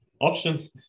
option